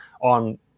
on